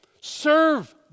Serve